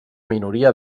minoria